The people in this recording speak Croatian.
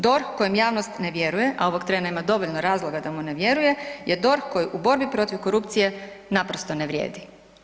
DORH kojem javnost ne vjeruje, a ovog trena ima dovoljno razloga da mu ne vjeruje, je DORH koji u borbi protiv korupcije naprosto ne vrijedi.